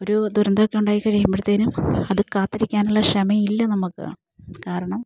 ഒരു ദുരന്തമൊക്കെ ഉണ്ടായിക്കഴിയുമ്പഴ്ത്തേനും അതു കാത്തിരിക്കാനുള്ള ക്ഷമയില്ല നമുക്ക് കാരണം